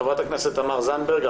חברת הכנסת תמר זנדברג.